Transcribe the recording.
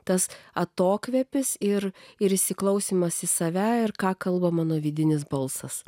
tas atokvėpis ir ir įsiklausymas į save ir ką kalba mano vidinis balsas